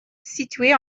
située